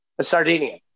Sardinia